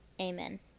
Amen